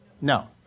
No